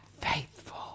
faithful